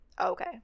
Okay